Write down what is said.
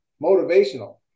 motivational